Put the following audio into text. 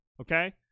okay